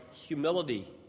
humility